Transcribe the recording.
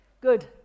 Good